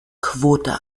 quote